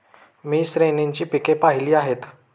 मी श्रेणीची पिके पाहिली आहेत